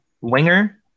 winger